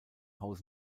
und